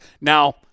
Now